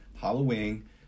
Halloween